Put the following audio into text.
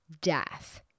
death